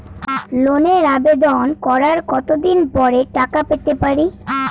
লোনের আবেদন করার কত দিন পরে টাকা পেতে পারি?